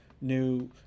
new